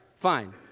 Fine